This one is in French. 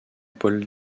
paul